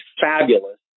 fabulous